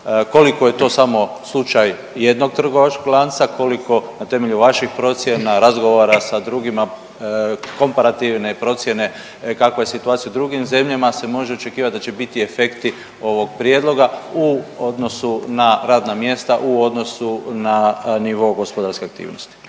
koliko je to samo slučaj jednog trgovačkog lanca, koliko na temelju vaših procjena, razgovora sa drugima, komparativne procijene, kakva je situacija u drugim zemljama, se može očekivat da će biti efekti ovog prijedloga u odnosu na radna mjesta, u odnosu na nivo gospodarske aktivnosti.